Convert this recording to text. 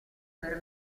per